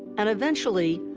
and eventually,